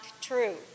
true